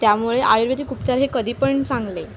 त्यामुळे आयुर्वेदिक उपचार हे कधी पण चांगले